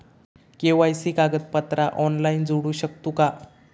KYC कागदपत्रा online जोडू शकतू का?